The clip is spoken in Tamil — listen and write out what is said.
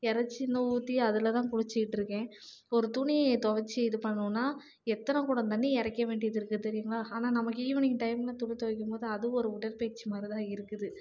இறைச்சி இன்னும் ஊற்றி அதில்தான் குளிச்சிகிட்ருக்கேன் ஒரு துணி துவச்சி இது பண்ணணுன்னா எத்தனை குடம் தண்ணி இறைக்க வேண்டிது இருக்குது தெரியுங்களா ஆனால் நமக்கு ஈவினிங் டைம்ல துணி துவைக்கும்போது அதுவும் ஒரு உடற்பயிற்சி மாதிரிதான் இருக்குது